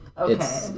Okay